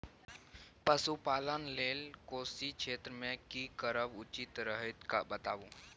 पशुपालन लेल कोशी क्षेत्र मे की करब उचित रहत बताबू?